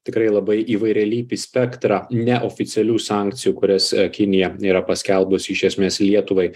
tikrai labai įvairialypį spektrą neoficialių sankcijų kurias kinija yra paskelbusi iš esmės lietuvai